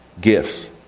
Gifts